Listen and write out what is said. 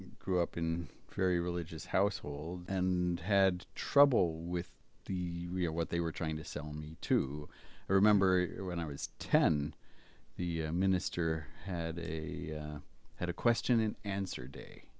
grew up in a very religious household and had trouble with the you know what they were trying to sell me to remember when i was ten the minister had a had a question an answer day